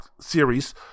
series